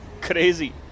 Crazy